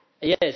Yes